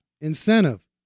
incentive